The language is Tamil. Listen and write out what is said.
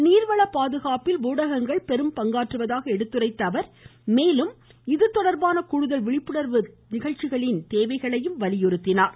நீர்வள பாதுகாப்பில் ஊடகங்கள் பெரும் பங்காற்றுவதாக எடுத்துரைத்த அவர் மேலும் இதுதொடர்பான கூடுதல் விழிப்புணர்வு நிகழ்ச்சிகள் தேவை என்றார்